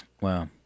Wow